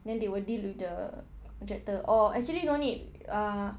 then they will deal with the contractor or actually don't need uh